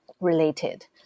related